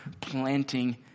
planting